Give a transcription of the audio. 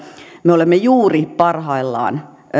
me olemme juuri parhaillaan